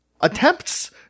attempts